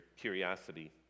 curiosity